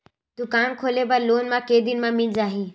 दुकान खोले बर लोन मा के दिन मा मिल जाही?